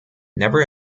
never